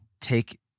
take